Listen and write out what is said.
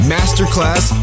Masterclass